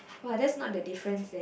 !wah! that's not the difference then